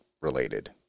related